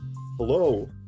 hello